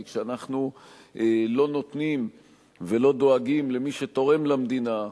כי כשאנחנו לא נותנים ולא דואגים למי שתורם למדינה,